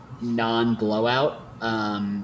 non-blowout